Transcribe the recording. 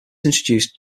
introduced